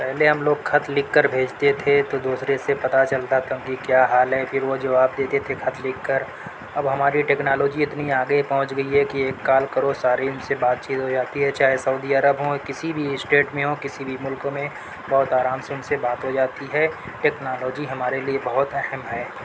پہلے ہم لوگ خط لِکھ کر بھیجتے تھے تو دوسرے سے پتا چلتا تھا کہ کیا حال ہے پھر وہ جواب دیتے تھے خط لِکھ کر اب ہماری ٹیکنالوجی اتنی آگے پہنچ گئی ہے کہ ایک کال کرو ساری اِن سے بات چیت ہو جاتی ہے چاہے سعودی عرب ہوں یا کسی بھی اسٹیٹ میں ہوں کسی بھی مُلک میں بہت آرام سے اُن سے بات ہو جاتی ہے ٹیکنالوجی ہمارے لئے بہت اہم ہے